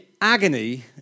agony